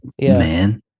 man